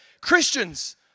Christians